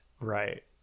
Right